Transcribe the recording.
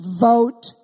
vote